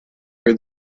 for